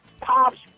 Pops